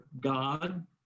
God